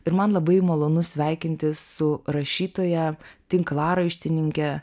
ir man labai malonu sveikintis su rašytoja tinklaraštininke